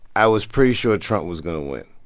i was pretty sure trump was going to win